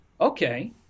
okay